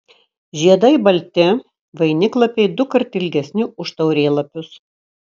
žiedai balti vainiklapiai dukart ilgesni už taurėlapius